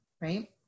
right